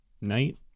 knight